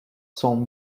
sont